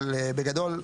אבל בגדול,